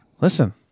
listen